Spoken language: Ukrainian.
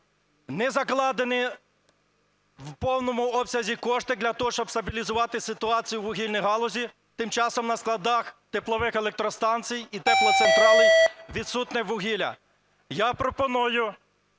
Не закладені в повному обсязі кошти для того, щоб стабілізувати ситуацію у вугільній галузі, тим часом на складах теплових електростанцій і теплоцентралей відсутнє вугілля. Я пропоную